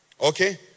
Okay